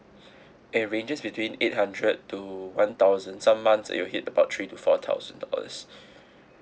it ranges between eight hundred to one thousand some months it will hit about three to four thousand dollars